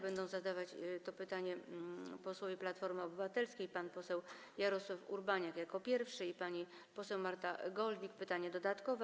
Będą zadawać to pytanie posłowie Platformy Obywatelskiej: pan poseł Jarosław Urbaniak jako pierwszy i pani poseł Marta Golbik - pytanie dodatkowe.